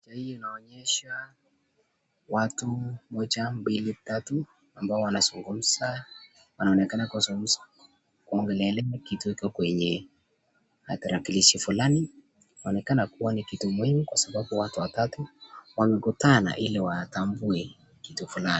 Picha hii inaonyesha watu mmoja, mbili, tatu ambao wanazungumza, wanaonekana kuwa wanazungumza kuongelelea kitu iko kwenye tarakilishi fulani. Inaonekana kuwa ni kitu muhimu kwa sababu watu watatu wamekutana ile watambue kitu fulani.